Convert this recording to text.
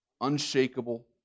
Unshakable